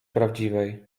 prawdziwej